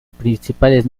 principales